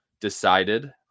decided